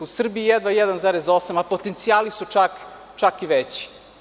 U Srbiji jedva 1,8%, a potencijali su čak i veći.